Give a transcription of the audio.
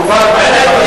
חבר'ה,